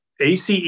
ace